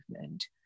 Movement